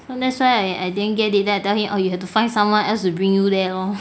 so that's why I I didn't get it then I tell him orh you have to find someone else to bring you there lor